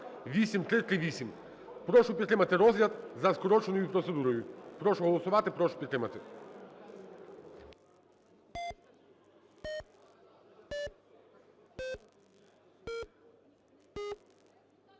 (8338). Прошу підтримати розгляд за скороченою процедурою. Прошу голосувати. Прошу підтримати.